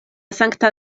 sankta